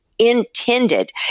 intended